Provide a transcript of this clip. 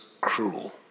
cruel